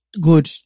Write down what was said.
Good